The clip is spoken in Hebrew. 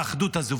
את האחדות הזו.